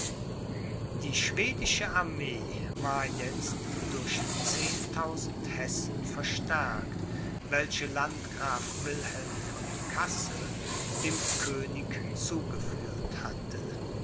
die schwedische armee war jetzt durch zehntausend hessen verstärkt welche landgraf wilhelm von kassel dem könig zugeführt hatte